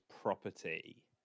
property